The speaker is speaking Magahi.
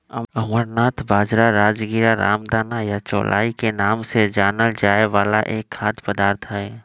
अमरनाथ बाजरा, राजगीरा, रामदाना या चौलाई के नाम से जानल जाय वाला एक खाद्य पदार्थ हई